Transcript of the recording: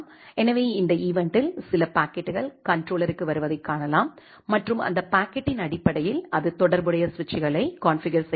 எனவே இந்த ஈவென்ட்டில் சில பாக்கெட்டுகள் கண்ட்ரோலருக்கு வருவதைக் காணலாம் மற்றும் அந்த பாக்கெட்டின் அடிப்படையில் அது தொடர்புடைய சுவிட்சுகளை கான்ஃபிகர் செய்கிறது